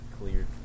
cleared